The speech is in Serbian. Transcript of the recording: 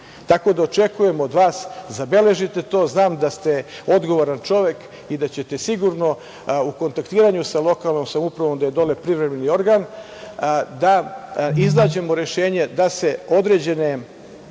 da, očekujem od vas, zabeležite to. Znam da ste odgovoran čovek i da ćete sigurno u kontaktiranju sa lokalnom samoupravom gde je dole privremeni organ, da iznađemo rešenje da se određene